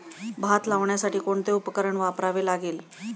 भात लावण्यासाठी कोणते उपकरण वापरावे लागेल?